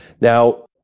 Now